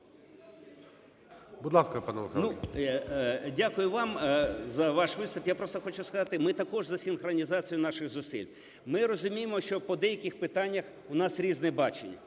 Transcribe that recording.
Дякую вам за ваш виступ. Я просто хочу сказати, ми також за синхронізацію наших зусиль. Ми розуміємо, що по деяких питаннях у нас різне бачення,